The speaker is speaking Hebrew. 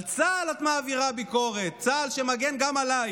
על צה"ל את מעבירה ביקורת, צה"ל שמגן גם עלייך.